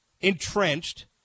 entrenched